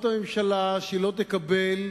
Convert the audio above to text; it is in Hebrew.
הממשלה, שהיא לא תקבל,